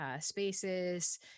spaces